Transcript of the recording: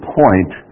point